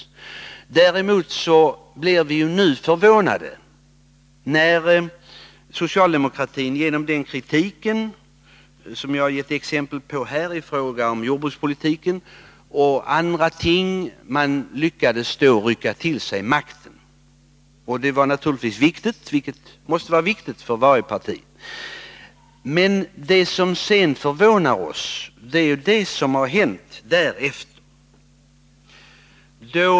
Däremot blev vi förvånade, när socialdemokratin genom den kritik som jag har givit exempel på här i fråga om jordbrukspolitiken och andra ting lyckades rycka åt sig makten, vilket naturligtvis är viktigt för varje parti. Något som också har förvånat oss är det som har hänt därefter.